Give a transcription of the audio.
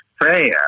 prayer